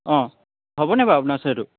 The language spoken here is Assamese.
অঁ হ'বনে বাৰু আপোনাৰ ওচৰত এইটো